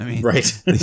Right